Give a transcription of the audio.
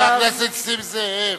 הישרדות זה גם, חבר הכנסת נסים זאב.